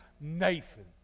Nathan